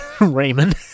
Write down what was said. Raymond